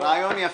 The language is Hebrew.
רעיון יפה.